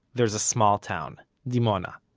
there's a small town. dimona.